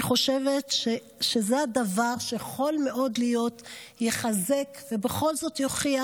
אני חושבת שזה הדבר שיכול מאוד להיות שיחזק ובכל זאת יוכיח